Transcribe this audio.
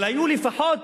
אבל היו לפחות